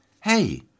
Hey